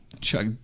Chuck